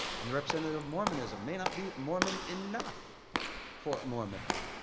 and the representative of mormonism may not be mormon enough for mormons.